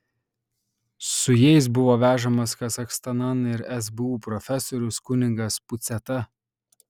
su jais buvo vežamas kazachstanan ir sbu profesorius kunigas puciata